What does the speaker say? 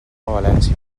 valència